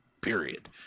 period